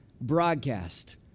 broadcast